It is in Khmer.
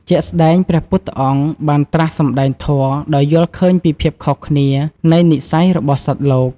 ជាក់ស្ដែង ព្រះពុទ្ធអង្គបានត្រាស់សម្តែងធម៌ដោយយល់ឃើញពីភាពខុសគ្នានៃនិស្ស័យរបស់សត្វលោក។